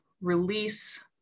release